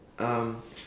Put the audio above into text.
um